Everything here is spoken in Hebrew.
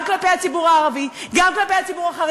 אתם מדהימים אותי כל פעם מחדש.